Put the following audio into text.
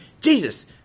Jesus